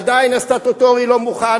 עדיין הסטטוטורי לא מוכן,